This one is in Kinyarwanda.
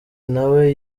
nawe